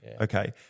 Okay